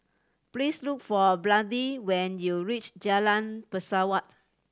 please look for Brandi when you reach Jalan Pesawat